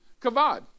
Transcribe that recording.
kavod